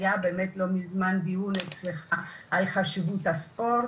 היה באמת לא מזמן דיון אצלך על חשיבות הספורט,